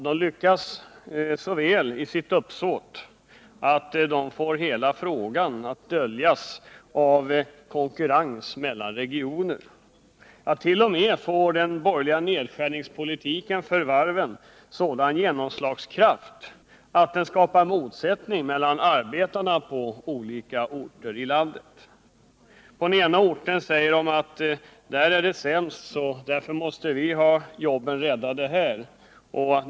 De lyckas så väl i sitt uppsåt att de får hela frågan att undanskymmas av konkurrensen mellan regionerna och att de t.o.m. åstadkommer att den borgerliga nedskärningspolitiken för varven får en sådan genomslagskraft att den skapar motsättningar mellan arbetarna på olika orter i landet. På de olika orterna säger man: Här är situationen sämst, och därför måste vi få våra jobb räddade.